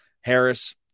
Harris